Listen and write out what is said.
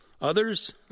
Others